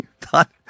thought